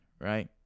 Right